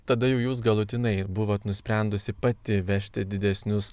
tada jau jūs galutinai buvot nusprendusi pati vežti didesnius